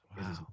wow